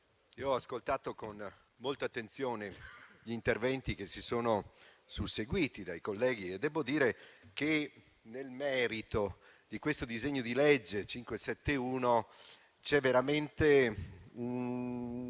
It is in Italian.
io ho ascoltato con molta attenzione gli interventi che si sono susseguiti. Devo dire che, in merito a questo disegno di legge n. 571, c'è veramente un